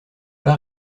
pas